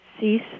Cease